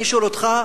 אני שואל אותך,